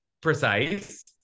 precise